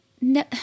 No